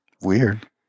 Weird